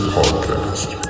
Podcast